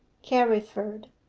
carriford,